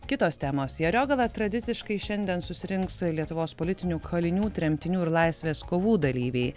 kitos temos į ariogalą tradiciškai šiandien susirinks lietuvos politinių kalinių tremtinių ir laisvės kovų dalyviai